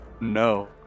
No